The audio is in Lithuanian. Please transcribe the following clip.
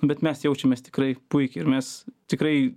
bet mes jaučiamės tikrai puikiai ir mes tikrai